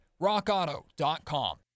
rockauto.com